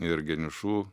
ir geniušų